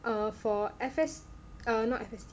err for F_S err not F_S_T